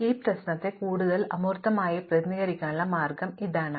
അതിനാൽ ഈ പ്രശ്നത്തെ കൂടുതൽ അമൂർത്തമായി പ്രതിനിധീകരിക്കുന്നതിനുള്ള മാർഗം ഇതാ